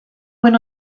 when